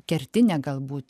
kertinę galbūt